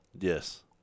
Yes